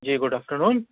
G good afternoon